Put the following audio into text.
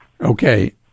Okay